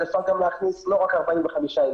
אז אפשר גם להכניס לא רק 45 ילדים,